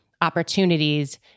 opportunities